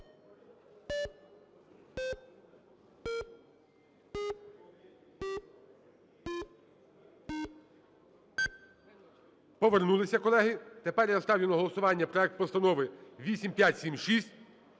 Повернулися, колеги. Тепер я ставлю на голосування проект постанови 8576